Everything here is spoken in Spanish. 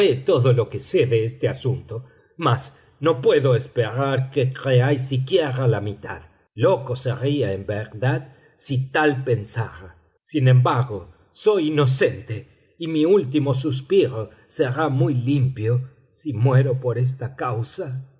todo lo que sé de este asunto mas no puedo esperar que creáis siquiera la mitad loco sería en verdad si tal pensara sin embargo soy inocente y mi último suspiro será muy limpio si muero por esta causa